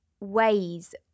Ways